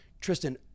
Tristan